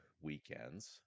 weekends